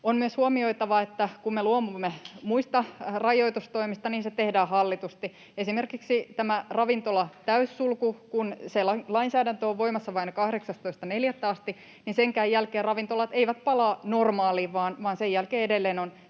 On myös huomioitava, kun me luovumme muista rajoitustoimista, että se tehdään hallitusti. Esimerkiksi kun tämän ravintolatäyssulun lainsäädäntö on voimassa vain 18.4. asti, niin senkään jälkeen ravintolat eivät palaa normaaliin, vaan sen jälkeen edelleen on